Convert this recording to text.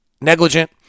negligent